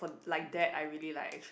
like that I really like